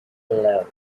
below